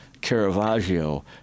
Caravaggio